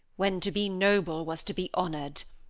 when to be noble was to be honored.